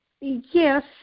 Yes